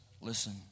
listen